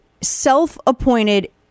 self-appointed